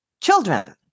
children